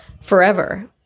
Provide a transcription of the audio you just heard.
forever